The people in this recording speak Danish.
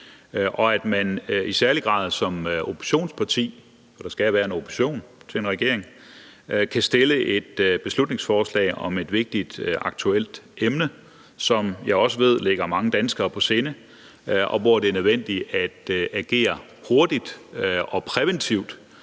og at man i særlig grad som oppositionsparti – for der skal være en opposition til en regering – kan fremsætte et beslutningsforslag om et vigtigt aktuelt emne, som jeg også ved ligger mange danskere på sinde, og hvor det er nødvendigt at agere hurtigt og præventivt,